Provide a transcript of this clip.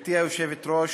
גברתי היושבת-ראש,